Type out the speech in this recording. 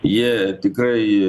jie tikrai